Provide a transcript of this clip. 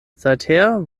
seither